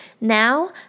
Now